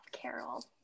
Carol